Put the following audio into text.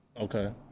Okay